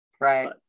Right